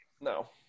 No